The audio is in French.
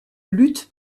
lutte